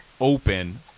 open